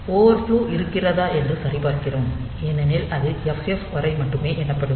overflow இருக்கிறதா என்று சரிபார்க்கிறோம் ஏனெனில் அது ff வரை மட்டுமே எண்ணப்படும்